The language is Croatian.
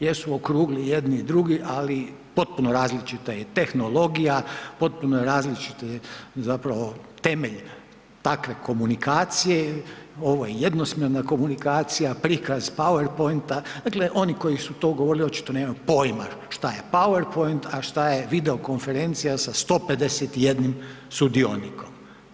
Jesu okrugli jedni i drugi, ali potpuno različita je tehnologija, potpuno je različit zapravo temelj takve komunikacije, ovo je jednosmjerna komunikacija, prikaz PowerPointa, dakle oni koji su to govorili, očito nemaju pojma što je PowerPoint, a što je video konferencija sa 151 sudionikom.